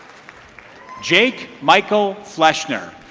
jake michael fleshner